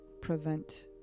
prevent